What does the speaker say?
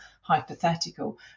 hypothetical